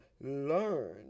learn